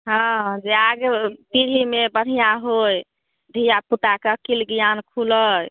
हँ जे आगे पीढ़ीमे बढ़िआँ होइ धिआपुताके अकिल ज्ञान खुलै हुँ